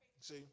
See